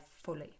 fully